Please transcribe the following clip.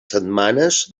setmanes